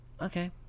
Okay